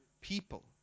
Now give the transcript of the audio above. people